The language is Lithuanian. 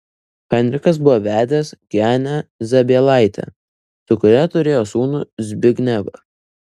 henrikas buvo vedęs genę zabielaitę su kuria turėjo sūnų zbignevą